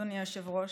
אדוני היושב-ראש,